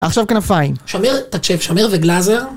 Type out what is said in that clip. עכשיו כנפיים שמר את הצ'פ, שמר וגלאזר